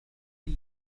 تلك